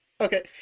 Okay